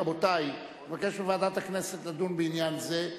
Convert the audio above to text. רבותי, אני מבקש מוועדת הכנסת לדון בעניין זה.